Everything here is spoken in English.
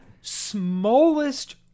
smallest